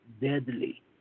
deadly